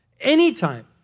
Anytime